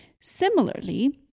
Similarly